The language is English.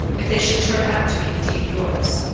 if they should turn out to be indeed yours.